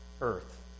earth